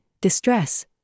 distress